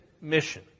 mission